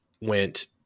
went